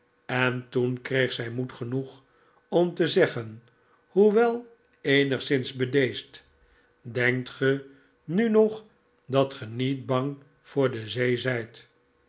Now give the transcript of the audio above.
en toen kreeg zij moed genoeg om te zeggen hoewer eenigszins bedeesd denkt ge nu nog dat ge niet bang voor de zee zijt